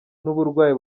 n’uburwayi